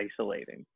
isolating